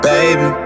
Baby